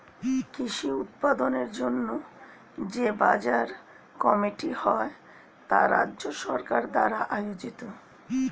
কৃষি উৎপাদনের জন্য যে বাজার কমিটি হয় তা রাজ্য সরকার দ্বারা আয়োজিত